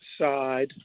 side